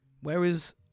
Whereas